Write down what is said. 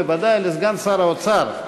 וודאי לסגן שר האוצר,